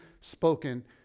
spoken